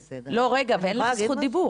בסדר, אני --- לא, רגע, אבל אין לך זכות דיבור.